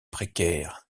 précaire